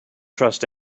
trust